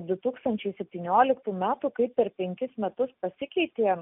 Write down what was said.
du tūkstančiai septynioliktų metų kaip per penkis metus pasikeitė